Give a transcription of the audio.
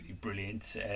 brilliant